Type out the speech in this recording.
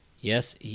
Yes